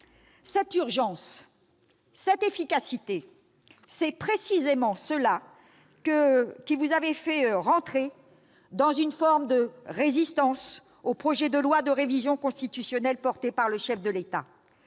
cette urgence, cette efficacité, c'est précisément cela qui vous avait fait entrer dans une forme de résistance au projet de loi de révision constitutionnelle portée par le chef de l'État.